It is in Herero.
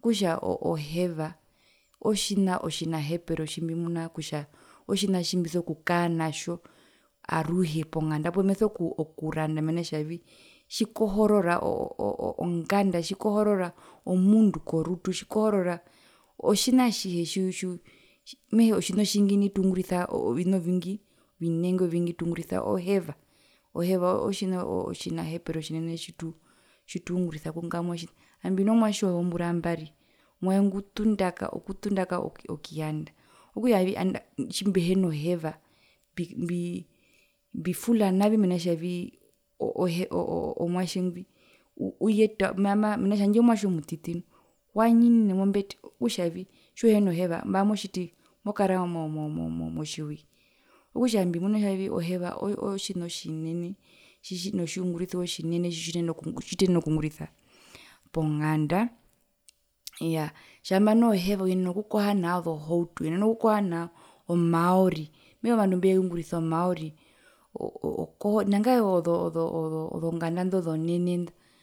okutja oo oheva otjina otjinahepero tjimbimuna kutja otjina tjimbiso kukaa natjo aruhe ponganda poo meso kuranda mena kutjavii tjikohorora oo oo oo onganda tjikohorora omundu korutu tjikohorora otjina atjihe tju tju mehee otjina otjingi nai tungurisa ovina ovingi ovinenge ovingi tungurisa oheva, oheva otjina otjinahepero tjinenen tjitu tjitu tungurisa kungamwa tjina ami mbino mwatje wozombura mbari omwatje ngo utundaka okutundaka okuyanda okutjavii tjimbihino heva mbii mbivula navi mena rokutjavii mena rokutja omwatje ngwi uyeta ma ma mena kutja omwatje omutiti nu wanyinine mombete tjiuhina heva motjitivi mo mokara mo mo motjihwi, okutja mbimuna kutjavii oheva otjina otjinene tjitjino tjiungurisiwa tjinene tjitiyenena tjituyenena okungurisa ponganda, iyaa tjambo noho heva uyenena okukoha nao zohauto oenene okukoha nao maori mehee ovandu mbeungurisa omaori oenene nangae ozonganda indo zonene ndo.